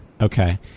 Okay